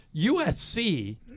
USC